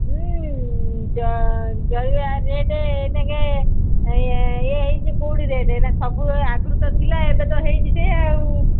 ଜଳିବା ରେଟ୍ ଏଇନେକେ ଇଏ ହୋଇଛି କେଉଁଠି ରେଟ୍ ଏଇନା ସବୁ ଆଗରୁ ତ ଥିଲା ଏବେ ତ ହୋଇଛି ସେ ଆଉ